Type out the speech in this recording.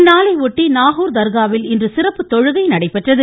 இந்நாளை ஒட்டி நாகூர் தர்காவில் இன்று சிறப்பு தொழுகை நடைபெறுகிறது